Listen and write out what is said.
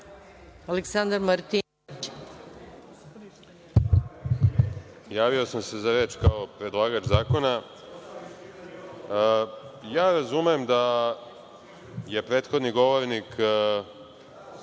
**Aleksandar Martinović** Javio sam se za reč kao predlagač zakona. Razumem da je prethodni govornik